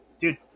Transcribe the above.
dude